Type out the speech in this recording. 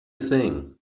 thing